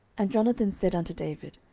and jonathan said unto david,